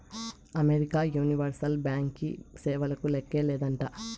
America universal బ్యాంకీ సేవలకు లేక్కే లేదంట